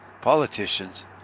politicians